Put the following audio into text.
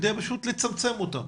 כדי לצמצם אותם,